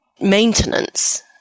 maintenance